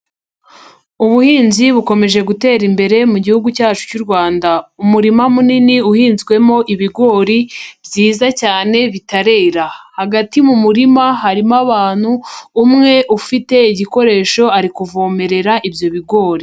Ubuhinzi bukomeje gutera imbere mu gihugu cyacu cy'u Rwanda. Umurima munini uhinzwemo ibigori byiza cyane bitarera. Hagati mu murima harimo abantu, umwe ufite igikoresho ari kuvomerera ibyo bigori.